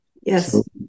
Yes